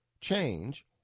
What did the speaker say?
change